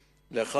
לכותרות,